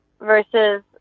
versus